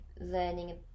learning